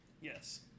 Yes